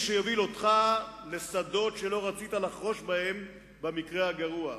שיוביל אותך לשדות שלא רצית לחרוש בהם במקרה הגרוע.